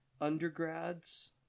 undergrads